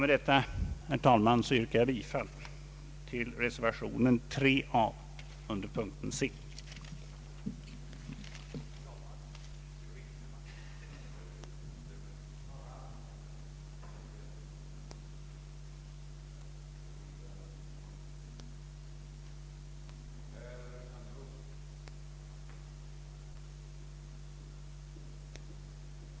Med det anförda ber jag att få yrka bifall till reservationen 3 a vid utskottets hemställan under C.